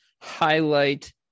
highlight